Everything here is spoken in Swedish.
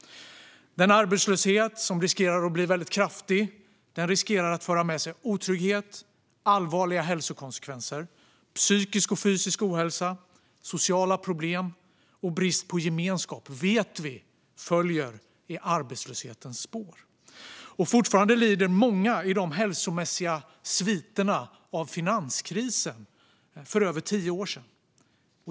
Den arbetslöshet som riskerar att bli väldigt kraftig riskerar att föra med sig otrygghet och allvarliga hälsokonsekvenser. Vi vet att psykisk och fysisk ohälsa, sociala problem och brist på gemenskap följer i arbetslöshetens spår. Fortfarande lider många av de hälsomässiga sviterna av finanskrisen för över tio år sedan.